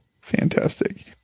Fantastic